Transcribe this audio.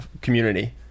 community